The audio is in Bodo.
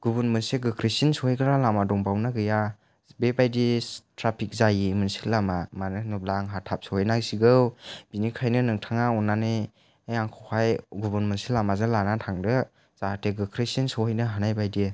गुबुन मोनसे गोख्रैसिन सहैग्रा लामा दंबावोना गैया बेबायदि ट्राफिक जायै मोनसे लामा मानो होनोब्ला आंहा थाब सहैनांसिगौ बेनिखायनो नोंथाङा अननानै आंखौहाय गुबुन मोनसे लामाजों लानानै थांदो जाहाथे गोख्रैसिन सहैनो हानाय बायदियै